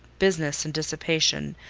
business and dissipation,